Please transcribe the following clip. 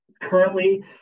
Currently